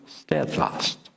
steadfast